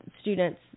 students